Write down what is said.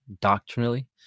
doctrinally